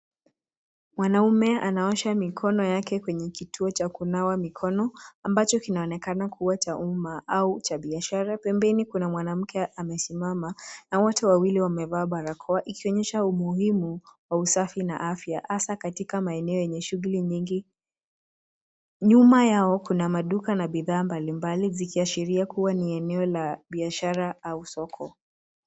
Mwanaume anaosha mikono yake kwenye kituo cha kunawa mikono, ambacho kinaonekana kuwa cha umma au cha biashara. Pembeni kuna mwanamke amesimama na wote wawili wamevaa barakoa, ikionyesha umuhimu wa usafi na afya hasa katika maeneo yenye shughuli nyingi. Nyuma yao kuna maduka na bithaa mbalimbali, zikiashiria kuwa ni eneo la biashara au soko.